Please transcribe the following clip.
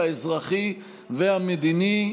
האזרחי והמדיני.